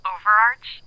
Overarch